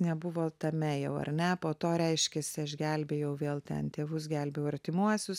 nebuvo tame jau ar ne po to reiškiasi aš gelbėjau vėl ten tėvus gelbėjau artimuosius